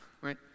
right